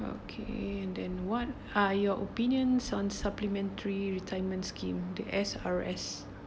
okay and then what are your opinions on supplementary retirement scheme the S_R_S